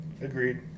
Agreed